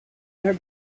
are